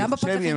בפיקוח?